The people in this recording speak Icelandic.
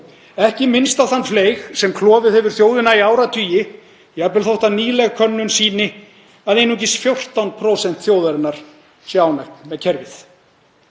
ekki minnst á þann fleyg sem klofið hefur þjóðina í áratugi, jafnvel þótt nýleg könnun sýni að einungis 14% þjóðarinnar séu ánægð með kerfið.